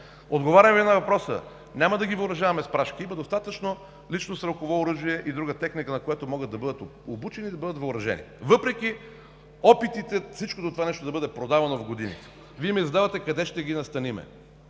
Отговарям Ви на въпроса – няма да ги въоръжаваме с прашки. Има достатъчно лично стрелково оръжие и друга техника, на която могат да бъдат обучени и въоръжени, въпреки опитите всичкото това нещо да бъде продавано в годините. Вие ми задавате въпроса: къде ще ги настаним?